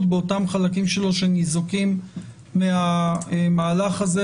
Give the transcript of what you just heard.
באותם חלקים שלו שניזוקים מהמהלך הזה.